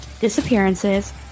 disappearances